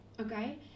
Okay